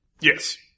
Yes